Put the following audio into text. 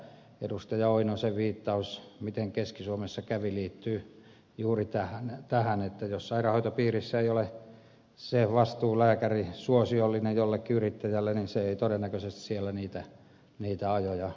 lauri oinosen viittaus siihen miten keski suomessa kävi liittyy juuri tähän että jos sairaanhoitopiirissä ei ole se vastuulääkäri suosiollinen jollekin yrittäjälle niin tämä ei todennäköisesti siellä niitä ajoja aja